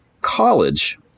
college